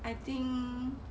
I think